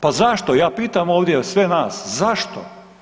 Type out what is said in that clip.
Pa zašto ja pitam ovdje sve nas, zašto?